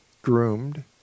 groomed